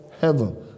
heaven